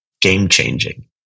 game-changing